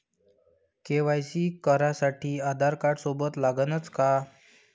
KYC करासाठी आधारकार्ड सोबत लागनच का?